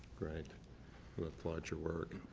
alright. we applaud your work.